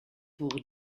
pour